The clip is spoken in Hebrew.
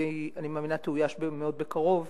ואני מאמינה שהיא תאויש מאוד בקרוב.